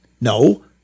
No